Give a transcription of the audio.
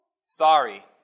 Sorry